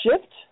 Shift